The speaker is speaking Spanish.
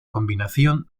combinación